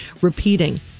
repeating